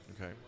Okay